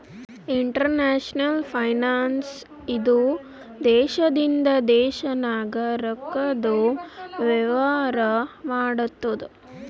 international finance ಇದು ದೇಶದಿಂದ ದೇಶ ನಾಗ್ ರೊಕ್ಕಾದು ವೇವಾರ ಮಾಡ್ತುದ್